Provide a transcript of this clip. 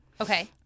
Okay